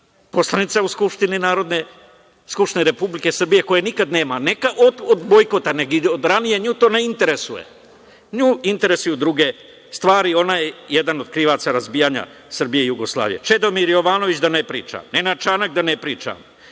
poslanica u Narodnoj skupštini Republike Srbije, koje nikad nema, ne od bojkota, nego nju od ranije to ne interesuje. Nju interesuju druge stvari, ona je jedan od krivaca razbijanja Srbije i Jugoslavije. Čedomir Jovanović, da ne pričam. Nenad Čanak, da ne pričam.